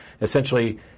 Essentially